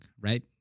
right